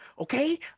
Okay